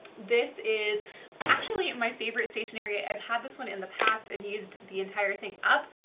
this is actually my favorite stationery, i've had this one in the past and used the entire thing up.